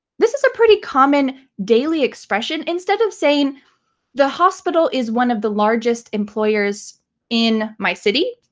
this is a pretty common daily expression. instead of saying the hospital is one of the largest employers in my city,